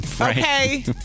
okay